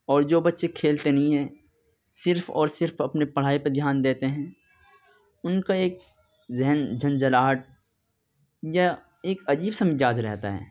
اور جو بچّے كھیلتے نہیں ہیں صرف اور صرف اپنے پڑھائی پر دھیان دیتے ہیں ان کا ایک ذہن جھنجھلاہٹ یا ایک عجیب سا مزاج رہتا ہے